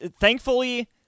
thankfully